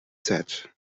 set